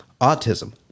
autism